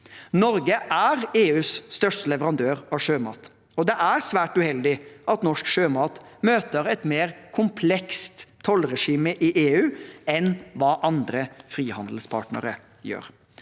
Norge er EUs største leverandør av sjømat, og det er svært uheldig at norsk sjømat møter et mer komplekst tollregime i EU enn hva andre frihandelspartnere gjør.